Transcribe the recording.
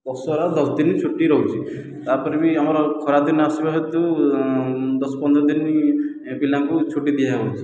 ଦଶହରାର ଦଶ ଦିନ ଛୁଟି ରହୁଛି ତାପରେ ବି ଆମର ଖରାଦିନ ଆସିବା ହେତୁ ଦଶ ପନ୍ଦର ଦିନ ପିଲାଙ୍କୁ ଛୁଟି ଦିଆହେଉଛି